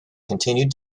continued